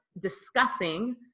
discussing